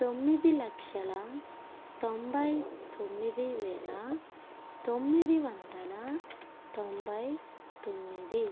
తొమ్మిది లక్షల తొంభై తొమ్మిది వేల తొమ్మిది వందల తొంభై తొమ్మిది